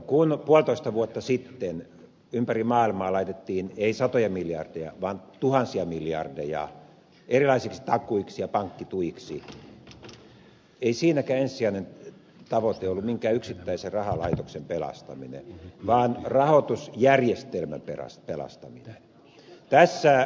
kun puolitoista vuotta sitten ympäri maailmaa laitettiin ei satoja miljardeja vaan tuhansia miljardeja erilaisiksi takuiksi ja pankkituiksi ei siinäkään ensisijainen tavoite ollut minkään yksittäisen rahalaitoksen pelastaminen vaan rahoitusjärjestelmän pelastaminen